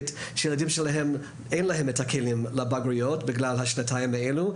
שלילדים שלהם אין את הכלים לבגרויות בגלל השנתיים האלו,